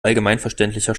allgemeinverständlicher